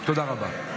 תודה רבה.